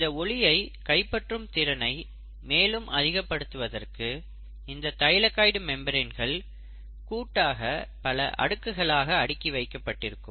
இந்த ஒளியை கைப்பற்றும் திறனை மேலும் அதிகப்படுத்துவதற்கு இந்த தைலகாய்டு மெம்பரேன்கள் கூட்டாக பல அடுக்குகளாக அடுக்கி வைக்கப்பட்டிருக்கும்